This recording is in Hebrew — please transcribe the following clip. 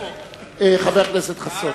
חבר הכנסת חסון.